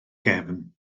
gefn